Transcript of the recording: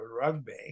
rugby